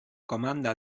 comanda